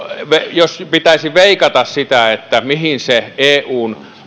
jos pitäisi veikata sitä mihin se eun